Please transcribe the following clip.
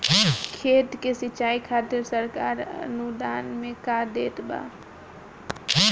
खेत के सिचाई खातिर सरकार अनुदान में का देत बा?